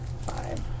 Five